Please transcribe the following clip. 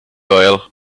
loyal